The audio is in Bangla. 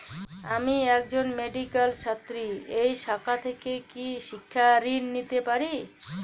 আমি একজন মেডিক্যাল ছাত্রী এই শাখা থেকে কি শিক্ষাঋণ পেতে পারি?